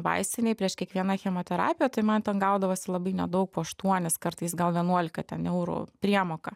vaistinėj prieš kiekvieną chemoterapiją tai man ten gaudavosi labai nedaug po aštuonis kartais gal vienuolika ten eurų priemoka